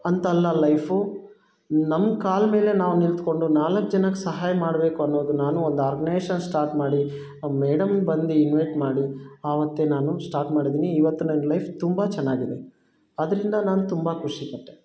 ಅಂತಲ್ಲ ಲೈಫು ನಮ್ಮ ಕಾಲ ಮೇಲೆ ನಾವು ನಿತ್ಕೊಂಡು ನಾಲ್ಕು ಜನಕ್ಕೆ ಸಹಾಯ ಮಾಡ್ಬೇಕು ಅನ್ನೋದು ನಾನೂ ಒಂದು ಆರ್ಗ್ನೇಶನ್ ಸ್ಟಾರ್ಟ್ ಮಾಡಿ ಮೇಡಮ್ಮಿಗೆ ಬಂದು ಇನ್ವೈಟ್ ಮಾಡಿ ಆವತ್ತೇ ನಾನು ಸ್ಟಾರ್ಟ್ ಮಾಡಿದ್ದೀನಿ ಇವತ್ತು ನನ್ನ ಲೈಫ್ ತುಂಬ ಚೆನ್ನಾಗಿದೆ ಅದರಿಂದ ನಾನು ತುಂಬ ಖುಷಿಪಟ್ಟೆ ಓಕೆ